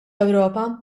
ewropa